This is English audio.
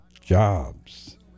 jobs